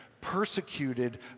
Persecuted